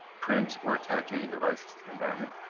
print, or attach any devices to environment.